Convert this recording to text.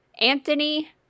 Anthony